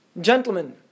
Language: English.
Gentlemen